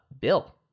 Bill